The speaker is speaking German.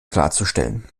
klarzustellen